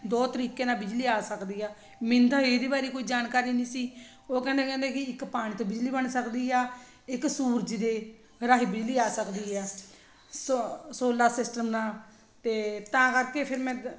ਦੋ ਤਰੀਕੇ ਨਾਲ ਬਿਜਲੀ ਆ ਸਕਦੀ ਆ ਮੈਨੂੰ ਤਾਂ ਇਹਦੇ ਬਾਰੇ ਕੋਈ ਜਾਣਕਾਰੀ ਨਹੀਂ ਸੀ ਉਹ ਕਹਿੰਦਾ ਕਹਿੰਦੇ ਕੀ ਇੱਕ ਪਾਣੀ ਅਤੇ ਬਿਜਲੀ ਬਣ ਸਕਦੀ ਆ ਇੱਕ ਸੂਰਜ ਦੇ ਰਾਹੀਂ ਬਿਜਲੀ ਆ ਸਕਦੀ ਹੈ ਸੋ ਸੋਲਰ ਸਿਸਟਮ ਨਾਲ ਅਤੇ ਤਾਂ ਕਰਕੇ ਫਿਰ ਮੈਂ